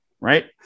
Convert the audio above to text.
right